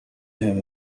him